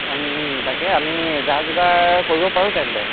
তাকে আমি যা যোগাৰ কৰিব পাৰো তেন্তে